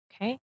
Okay